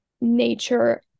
nature